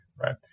right